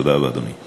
תודה רבה, אדוני.